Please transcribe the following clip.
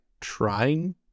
trying